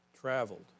traveled